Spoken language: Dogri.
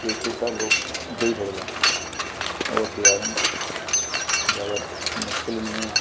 ते इत्थें साढ़े लोक देई सकदे न होर देआ दे न ज्यादा मुश्कल नि ऐ